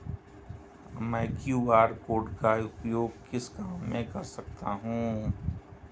मैं QR code का उपयोग किस काम में कर सकता हूं?